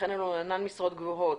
ולכן אלו הן אינן משרות גבוהות.